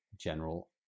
general